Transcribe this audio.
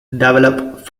develop